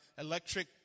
electric